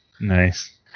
nice